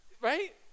right